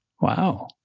Wow